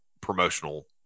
promotional